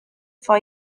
for